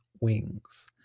wings